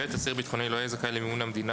(ב)אסיר ביטחוני לא יהיה זכאי למימון המדינה